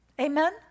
Amen